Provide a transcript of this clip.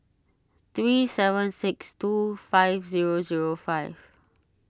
three seven six two five zero zero five